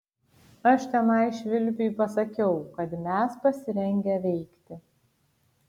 aš tenai švilpiui pasakiau kad mes pasirengę veikti